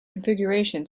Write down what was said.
configuration